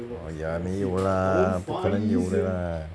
oh ya 没有的 lah 不可能有的 lah